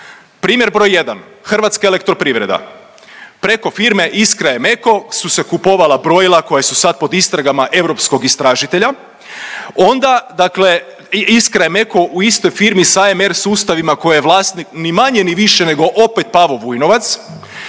Primjer broj jedan, HEP preko firme Iskraemeco su se kupovala brojila koja su sad pod istragama Europskog istražitelja, onda Iskraemeco u istoj firmi sa MR Sustavima koja je vlasnik ni manje ni više nego opet Pavo Vujnovac,